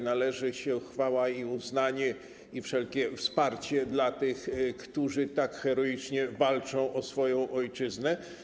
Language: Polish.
Należy się chwała, uznanie i wszelkie wsparcie tym, którzy tak heroicznie walczą o swoją ojczyznę.